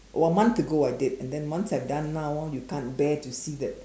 one month ago I did and then once I've done now you can't bear to see that